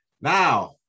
Now